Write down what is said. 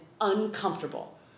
uncomfortable